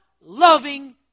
loving